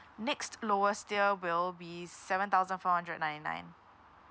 next lowest tier will be seven thousand four hundred ninety nine